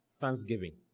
Thanksgiving